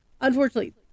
Unfortunately